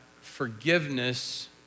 forgiveness